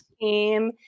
team